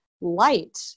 light